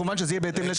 כמובן שזה יהיה בהיתר,